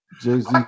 Jay-Z